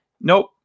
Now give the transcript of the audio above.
Nope